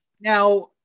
Now